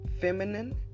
feminine